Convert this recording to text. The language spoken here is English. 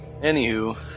anywho